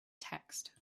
text